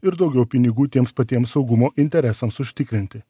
ir daugiau pinigų tiems patiems saugumo interesams užtikrinti